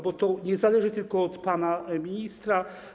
Bo to nie zależy tylko od pana ministra.